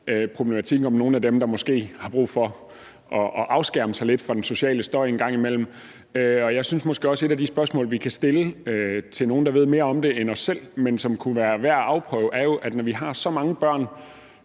problematikken omkring nogle af dem, der måske har brug for at afskærme sig lidt fra den sociale støj en gang imellem. Jeg synes måske også, at et af de spørgsmål, vi kan stille til nogle, der ved mere om det end os selv, og som kunne være værd at afprøve, er jo, når vi har så mange børn,